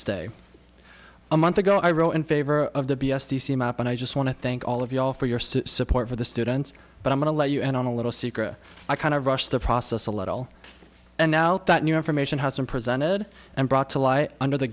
ago i wrote in favor of the b s the and i just want to thank all of you all for your support for the students but i'm going to let you in on a little secret i kind of rushed the process a little and now that new information has been presented and brought to light under the